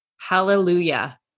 Hallelujah